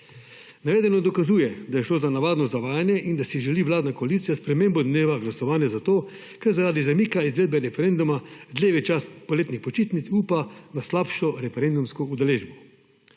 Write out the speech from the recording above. Navedeno dokazuje, da je šlo za navadno zavajanje in da si želi vladna koalicija spremembo dneva glasovanja zato, ker zaradi zamika izvedbe referenduma dlje v čas poletnih počitnic upa na slabšo referendumsko udeležbo.